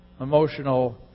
emotional